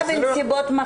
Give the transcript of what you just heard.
אז הוא ימשיך להתעלל.